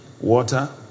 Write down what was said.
water